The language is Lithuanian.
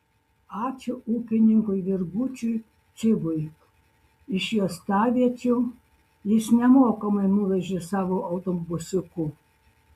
ačiū ūkininkui virgučiui cibui iš juostaviečių jis nemokamai nuvežė savo autobusiuku